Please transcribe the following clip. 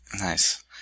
Nice